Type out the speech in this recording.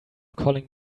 calling